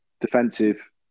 defensive